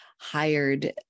hired